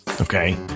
okay